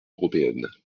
européenne